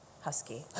husky